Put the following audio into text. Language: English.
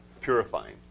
purifying